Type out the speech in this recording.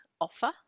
offer